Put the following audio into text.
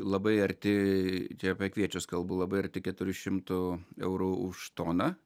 labai arti čia apie kviečius kalbu labai arti keturių šimtų eurų už toną